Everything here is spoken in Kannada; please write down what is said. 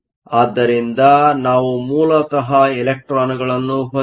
ಆದ್ದರಿಂದ ನಾವು ಮೂಲತಃ ಎಲೆಕ್ಟ್ರಾನ್ಗಳನ್ನು ಹೊಂದಿದ್ದೇವೆ